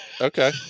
okay